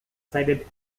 sided